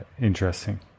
interesting